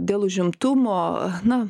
dėl užimtumo na